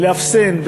ל"אפסן"